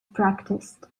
practised